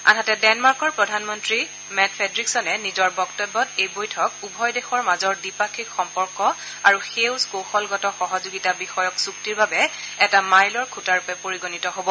আনহাতে ডেনমাৰ্কৰ প্ৰধানমন্ত্ৰী মেট ফেড্ৰিকছনে নিজৰ বক্তব্যত এই বৈঠক উভয় দেশৰ মাজৰ দ্বিপাক্ষিক সম্পৰ্ক আৰু সেউজ কৌশলগত সহযোগিতা বিষয়ক চুক্তিৰ বাবে এটা মাইলৰ খুটা ৰূপে পৰিগণিত হ'ব